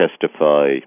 testify